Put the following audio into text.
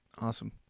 Awesome